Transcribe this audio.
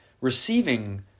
receiving